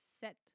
set